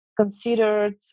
considered